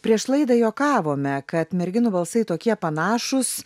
prieš laidą juokavome kad merginų balsai tokie panašūs